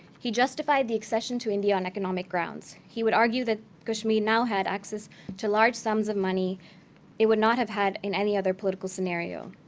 he justified the accession to india on economic grounds. he would argue that kashmir now had access to large sums of money it would not have had in any other political scenario.